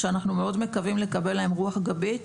שאנחנו מאוד מקווים לקבל עליהן רוח גבית.